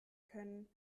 können